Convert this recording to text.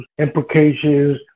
implications